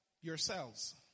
yourselves